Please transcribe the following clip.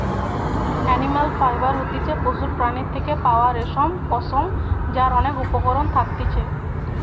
animal fibre হতিছে পশুর প্রাণীর থেকে পাওয়া রেশম, পশম যার অনেক উপকরণ থাকতিছে